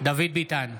דוד ביטן,